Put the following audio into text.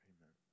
Amen